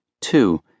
Two